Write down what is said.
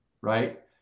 right